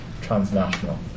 transnational